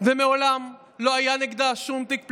ומעולם לא היה נגדה שום תיק פלילי,